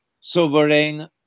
sovereign